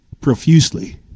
profusely